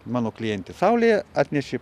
mano klientė saulė atnešė